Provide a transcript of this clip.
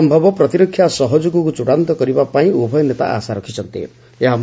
ଯେତେଶୀଘ୍ର ସମ୍ଭବ ପ୍ରତିରକ୍ଷା ସହଯୋଗକୁ ଚୃଡାନ୍ତ କରିବା ପାଇଁ ଉଭୟ ନେତା ଆଶା ରଖିଛନ୍ତି